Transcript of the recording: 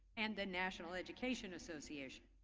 and the national education association.